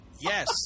Yes